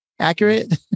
Accurate